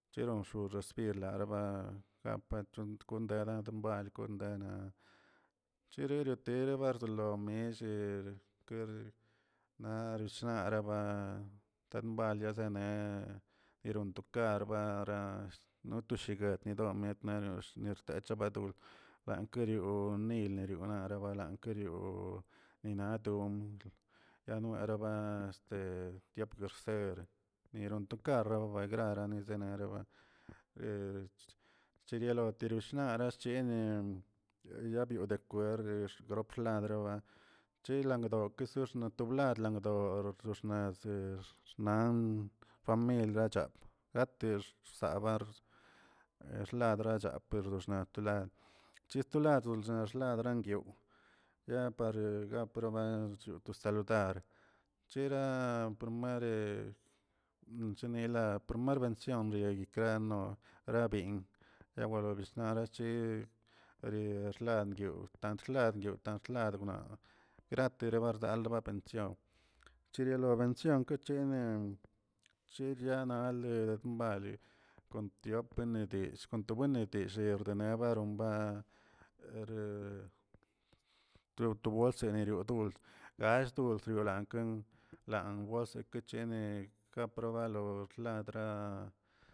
Cheron bxoz yirlaraba ga patrontonk keraba bal kon dana chero roterebə solo miellee ker nashionraba tanbal yazeneꞌ yirontokarba noto shiguet nogot miet anox nitechmadow bakerioꞌ nilnerionaꞌ rabankarelio naton yaroe raba este tiop guerser miron to karro baranezeneraba cherioneshinilaa aschenen yabioꞌ de acuerd droplabreba cilangdo kesexnab wlag langdoꞌ yotoxnezi yex xnan famil lachat yatex saba ladra chap peroxna chistoladchnonanlxna ladran gyuw ya pare ngawrobe che to santar chera promere promer bendición cheyayekrer rabien yawari liloshnadi re renshlangdiuꞌ axtlandyiugꞌ ladgbna gratere bardal pension chilo lobension chenen chechianale mbale kon tiop benedishkə to buenetexee tenebarumba taw to bolsane odulsh gall dulsh yolankə lan wakesechenn ne ka probalo ladraa.